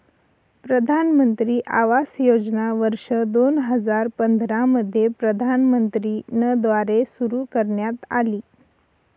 प्रधानमंत्री आवास योजना वर्ष दोन हजार पंधरा मध्ये प्रधानमंत्री न द्वारे सुरू करण्यात आली